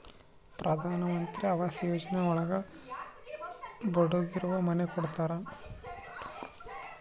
ಪ್ರಧನಮಂತ್ರಿ ಆವಾಸ್ ಯೋಜನೆ ಒಳಗ ಬಡೂರಿಗೆ ಮನೆ ಕೊಡ್ತಾರ